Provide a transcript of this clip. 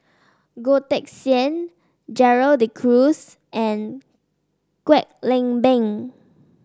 Goh Teck Sian Gerald De Cruz and Kwek Leng Beng